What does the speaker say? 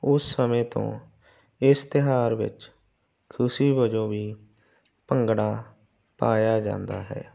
ਉਸ ਸਮੇਂ ਤੋਂ ਇਸ ਤਿਉਹਾਰ ਵਿੱਚ ਖੁਸ਼ੀ ਵਜੋਂ ਵੀ ਭੰਗੜਾ ਪਾਇਆ ਜਾਂਦਾ ਹੈ